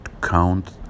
count